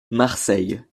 marseille